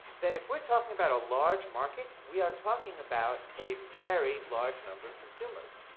then if we're talking about a large market, we are talking about a very large number of consumers.